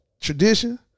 tradition